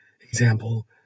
example